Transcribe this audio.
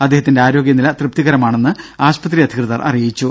അദ്ദേഹത്തിന്റെ ആരോഗ്യനില തൃപ്തികരമാണെന്ന് ആശുപത്രി അധികൃതർ അറിയിച്ചു